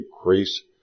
increase